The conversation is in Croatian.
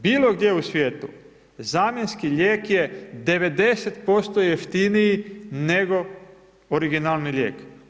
Bilogdje u svijetu, zamjenski lijek je 90% jeftiniji nego originalni lijek.